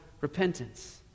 repentance